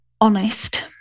honest